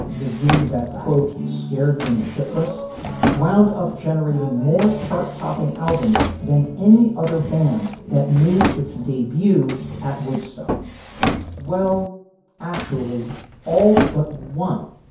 the gig that quote scared them shitless wound up generating more chart topping albums than any other band that made its debut at woodstock well actually all but one.